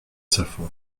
saffron